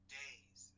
days